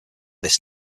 this